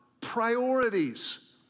priorities